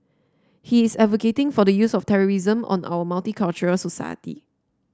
he is advocating for the use of terrorism on our multicultural society